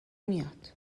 میاد